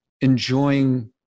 enjoying